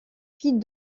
fuite